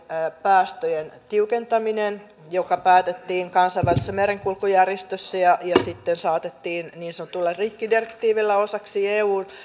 päästöjen tiukentaminen joka päätettiin kansainvälisessä merenkulkujärjestössä ja ja sitten saatettiin niin sanotulla rikkidirektiivillä osaksi eun